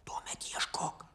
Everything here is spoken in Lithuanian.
tuomet ieškok